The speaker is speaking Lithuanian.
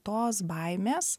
tos baimės